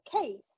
case